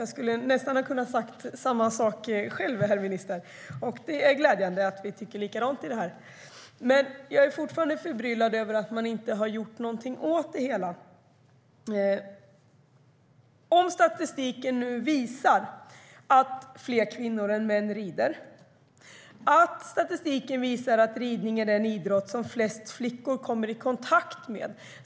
Jag skulle nästan ha kunnat säga dem själv, herr minister, och det är glädjande att vi tycker likadant i den här frågan. Men jag är fortfarande förbryllad över att man inte har gjort någonting åt det hela. Statistik visar att fler kvinnor än män rider. Statistik visar också att ridning är den idrott som flest flickor kommer i kontakt med.